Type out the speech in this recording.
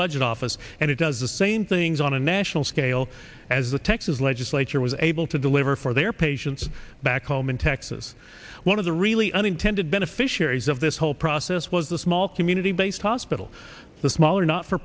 budget office and it does the same things on a national scale as the texas legislature was able to deliver for their patients back home in texas one of the really unintended beneficiaries of this whole process was the small community based hospital the smaller not for